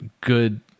good